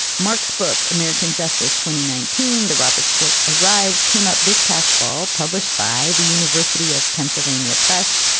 mark's book, american justice twenty nineteen. the roberts court arrives came up this past fall, published by the university of pennsylvania press.